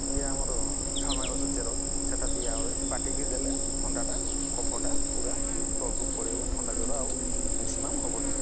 ଇଏ ଆମର ସଜନା ଗଛର ଚେର ସେଇଟା ଦିଆ ହୁଏ ବାଟିକି ଦେଲେ ଥଣ୍ଡାଟା କଫଟା ପୁରା ତଳକୁ ପଳାଇବ ଥଣ୍ଡା ଜ୍ୱର ଆଉ ମେକ୍ସିମମ୍ ହେବନି